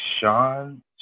Sean –